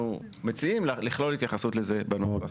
אנחנו מציעים לכלול התייחסות לזה בנוסח.